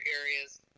areas